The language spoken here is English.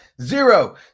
zero